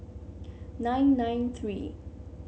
nine nine three